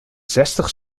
zestig